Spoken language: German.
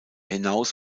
hinaus